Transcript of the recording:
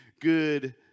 good